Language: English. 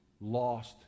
Lost